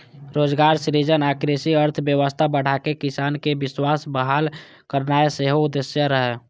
रोजगार सृजन आ कृषि अर्थव्यवस्था बढ़ाके किसानक विश्वास बहाल करनाय सेहो उद्देश्य रहै